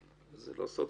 זה לא סוד,